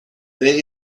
there